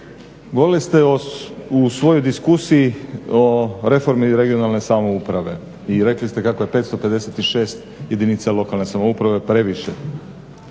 govorili ste u svojoj diskusiji o reformi regionalne samouprave i rekli ste kakao je 556 jedinica lokalne samouprave previše